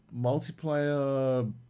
multiplayer